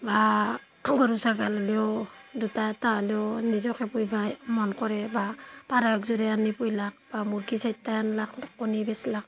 বা গৰু ছাগল হ'লেও দুটা এটা হ'লিও নিজকে পুহিবই মন কৰে বা পাৰ একযোৰে আনি পুহিলাক বা মুৰ্গী চাৰটা আনলাক কণী বেচলাক